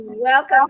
Welcome